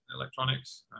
electronics